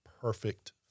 perfect